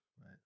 right